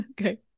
Okay